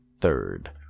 third